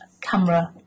camera